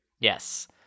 Yes